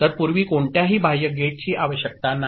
तर पूर्वी कोणत्याही बाह्य गेटची आवश्यकता नाही